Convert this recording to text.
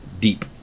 deep